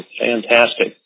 fantastic